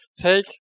take